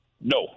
No